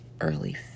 early